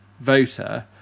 voter